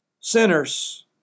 Sinners